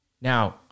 Now